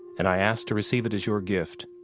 and i ask to receive it as your gift.